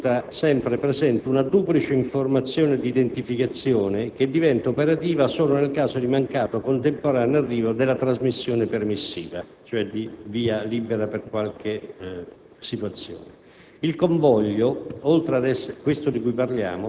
In prossimità di ogni segnale imperativo risulta sempre presente una duplice informazione di identificazione, che diventa operativa solo nel caso di mancato contemporaneo arrivo della trasmissione permissiva, cioè di via libera, per qualche situazione.